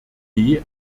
idee